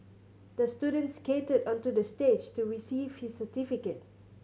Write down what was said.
the student skated onto the stage to receive his certificate